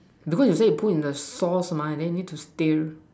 before you say put in the sauce mah and then you need to stir